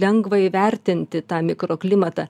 lengva įvertinti tą mikroklimatą